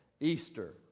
Easter